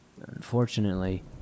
Unfortunately